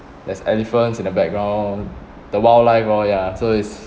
there's elephants in the background the wildlife lor ya so it's